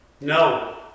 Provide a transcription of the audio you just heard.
No